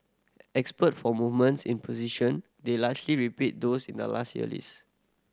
expert for movements in position they largely repeat those in the last year list